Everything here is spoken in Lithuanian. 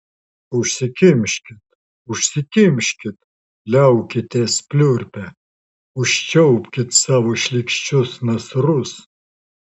užsikimškit užsikimškit liaukitės pliurpę užčiaupkit savo šlykščius nasrus